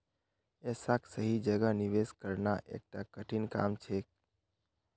ऐसाक सही जगह निवेश करना एकता कठिन काम छेक